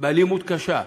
באלימות קשה.